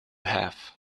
have